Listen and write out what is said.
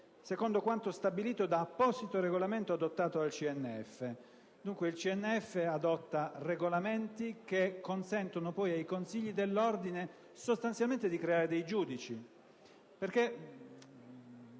secondo quanto stabilito da apposito regolamento adottato dal CNF». Il CNF adotta regolamenti che consentono ai consigli dell'ordine di creare dei giudici.